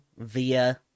Via